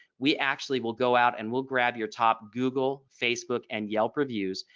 we actually will go out and we'll grab your top google facebook and yelp reviews.